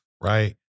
right